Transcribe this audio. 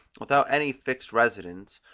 without any fixed residence,